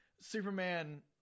Superman